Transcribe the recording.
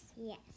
Yes